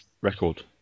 record